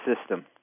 system